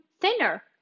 thinner